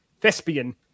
thespian